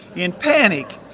in panic,